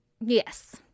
Yes